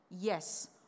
Yes